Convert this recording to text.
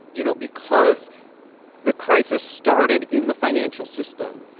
you know, because the crisis started in the financial system,